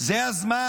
זה הזמן.